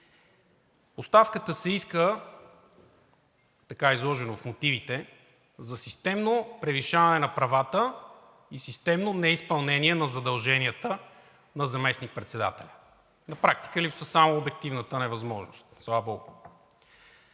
Оставката се иска – така е изложено в мотивите, за системно превишаване на правата и системно неизпълнение на задълженията на заместник-председател. На практика липсва само обективната невъзможност, слава богу.